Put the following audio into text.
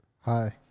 Hi